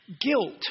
guilt